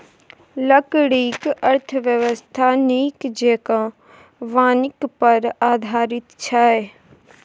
लकड़ीक अर्थव्यवस्था नीक जेंका वानिकी पर आधारित छै